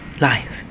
life